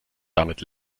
damit